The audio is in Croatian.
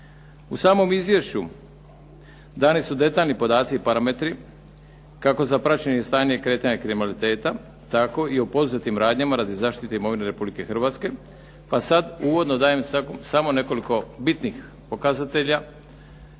U samom izvješću dani su detaljni podaci i parametri kako za praćenje stanja i kretanje kriminaliteta, tako i o poduzetim radnjama radi zaštite imovine Republike Hrvatske, pa sad uvodno dajem samo nekoliko bitnih pokazatelja,